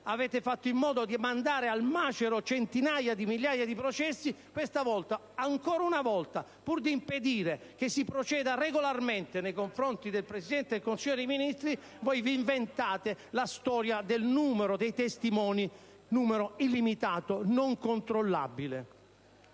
avete fatto in modo di mandarne al macero centinaia di migliaia, questa volta - ancora una volta - pur di impedire che si proceda regolarmente nei confronti del Presidente del Consiglio dei ministri vi inventate la storia del numero dei testimoni, numero illimitato, non controllabile.